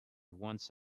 once